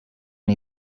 and